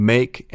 Make